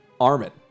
Armin